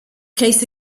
case